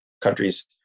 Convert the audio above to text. countries